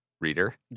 Reader